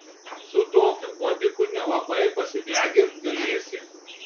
su tokiu bodiku nelabai pasidegint galėsi